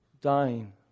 dying